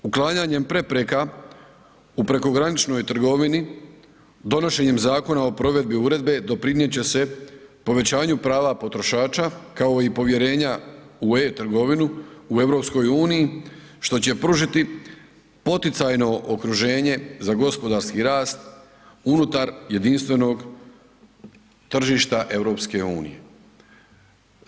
Uklanjanjem prepreka u prekograničnoj trgovini donošenjem Zakona o provedbi uredbe doprinijeti će se povećanju prava potrošača, kao i povjerenja u e-Trgovinu u EU-i što će pružiti poticajno okruženje za gospodarski rast unutar jedinstvenog tržišta EU-e.